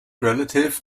relative